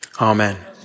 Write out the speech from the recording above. Amen